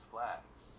Flags